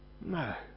No